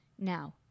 Now